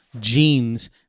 genes